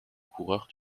coureurs